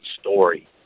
story